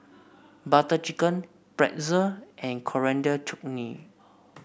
Butter Chicken Pretzel and Coriander Chutney